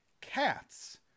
cats